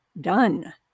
Done